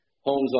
homes